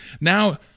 Now